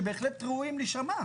שבהחלט ראויים להישמע,